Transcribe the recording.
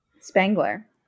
Spangler